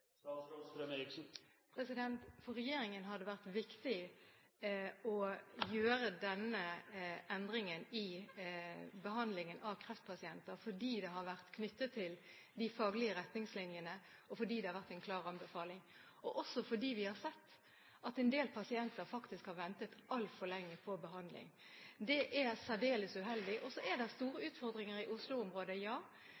For regjeringen har det vært viktig å gjøre denne endringen i behandlingen av kreftpasienter fordi det har vært knyttet til de faglige retningslinjene, fordi det har vært en klar anbefaling, og også fordi vi har sett at en del pasienter har ventet altfor lenge på behandling. Det er særdeles uheldig. Så er det store